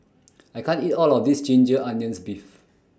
I can't eat All of This Ginger Onions Beef